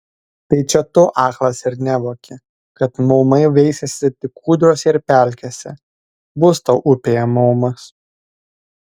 tai čia tu aklas ir nevoki kad maumai veisiasi tik kūdrose ir pelkėse bus tau upėje maumas